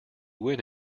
win